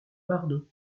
bardo